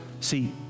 See